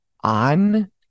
on